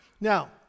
Now